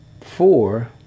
Four